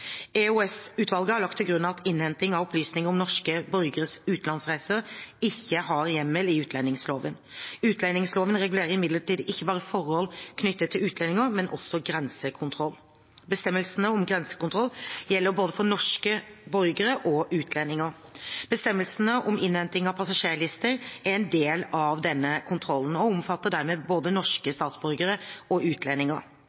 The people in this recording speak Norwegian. har lagt til grunn at innhenting av opplysninger om norske borgeres utenlandsreiser ikke har hjemmel i utlendingsloven. Utlendingsloven regulerer imidlertid ikke bare forhold knyttet til utlendinger, men også grensekontroll. Bestemmelsene om grensekontroll gjelder for både norske borgere og utlendinger. Bestemmelsene om innhenting av passasjerlister er en del av denne kontrollen og omfatter dermed både